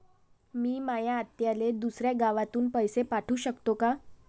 मी माया आत्याले दुसऱ्या गावातून पैसे पाठू शकतो का?